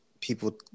people